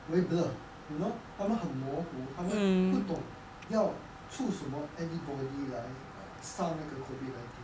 very blur you know 他们很模糊他们不懂要出什么 antibody 来杀那个 COVID nineteen